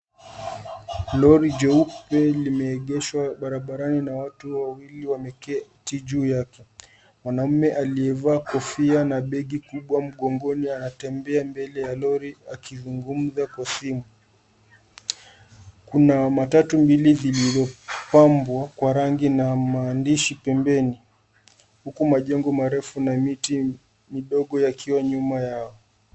Lori jeupe limeegshwa barabarani na watu wawili wameketi juu yake. Mwanamume aliyevaa kofi na begi kubwa mgongoni anatembea mbele ya lori akizungumza kwa simu. Kuna matatu mbili zilizopambwa kwa rangi na maandishi pembeni huku majengo marefu na miti midogo yakiwa nyuma yao.